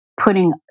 putting